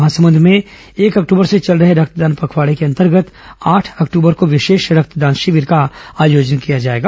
महासमुंद में एक अक्टूबर से चल रहे रक्तदान पखवाड़े के अंतर्गत आठ अक्टूबर को विशेष रक्तदान शिविर आयोजित किया जाएगा